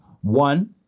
One